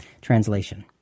translation